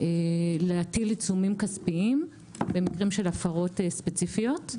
להטיל עיצומים כספיים במקרים של הפרות ספציפיות.